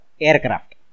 aircraft